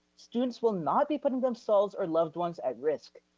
students will not be putting themselves or loved ones at risk.